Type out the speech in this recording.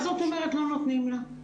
מה זאת אומרת "לא נותנים לה"?